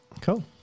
Cool